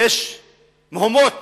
יש מהומות